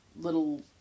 little